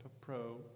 pro